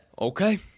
Okay